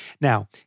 Now